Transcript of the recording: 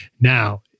Now